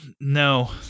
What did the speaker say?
No